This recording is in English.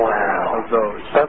Wow